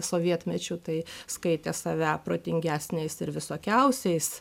sovietmečiu tai skaitė save protingesniais ir visokiausiais